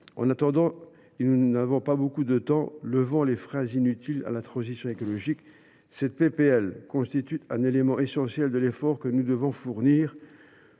En attendant – et nous n’avons pas beaucoup de temps –, levons les freins inutiles à la transition écologique. Cette proposition de loi constitue un élément essentiel de l’effort que nous devons fournir.